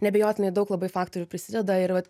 neabejotinai daug labai faktorių prisideda ir vat